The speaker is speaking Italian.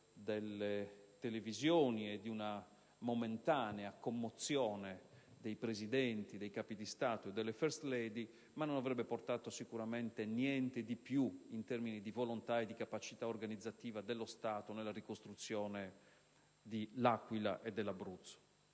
delle televisioni e di una momentanea commozione dei Presidenti, dei Capi di Stato e delle *first* *lady*,cioè non avrebbe portato sicuramente niente di più in termini di volontà e di capacità organizzativa dello Stato nella ricostruzione de L'Aquila e dell'Abruzzo.